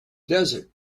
desert